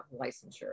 licensure